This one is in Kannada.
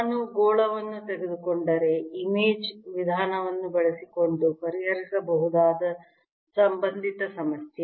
ನಾನು ಗೋಳವನ್ನು ತೆಗೆದುಕೊಂಡರೆ ಇಮೇಜ್ ವಿಧಾನವನ್ನು ಬಳಸಿಕೊಂಡು ಪರಿಹರಿಸಬಹುದಾದ ಸಂಬಂಧಿತ ಸಮಸ್ಯೆ